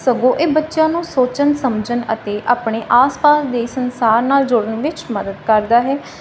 ਸਗੋਂ ਇਹ ਬੱਚਿਆਂ ਨੂੰ ਸੋਚਣ ਸਮਝਣ ਅਤੇ ਆਪਣੇ ਆਸ ਪਾਸ ਦੇ ਸੰਸਾਰ ਨਾਲ ਜੁੜਨ ਵਿੱਚ ਮਦਦ ਕਰਦਾ ਹੈ